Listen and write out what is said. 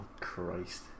Christ